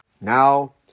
Now